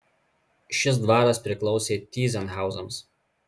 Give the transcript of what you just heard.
šis dvaras priklausė tyzenhauzams